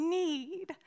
need